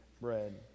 bread